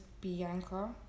Bianca